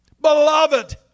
beloved